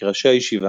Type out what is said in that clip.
כראשי ישיבה.